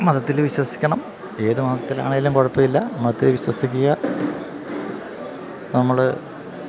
മതത്തില് വിശ്വസിക്കണം ഏത് മതത്തിലാണെങ്കിലും കുഴപ്പമില്ല മതത്തില് വിശ്വസിക്കുക നമ്മള്